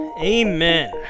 Amen